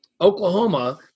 Oklahoma